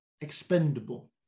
expendable